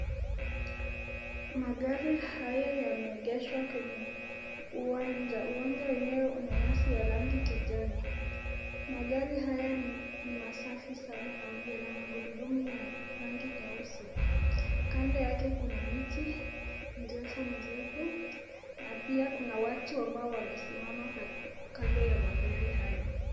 Magari haya yameegeshwa kwenye uwanja. Uwanja wenyewe una nyasi ya rangi kijani. Magari haya ni masafi sana na yana magurudumu ya rangi nyeusi. Kando yake kuna miti mirefumirefu na pia kuna watu ambao wamesimama kando ya magari hayo.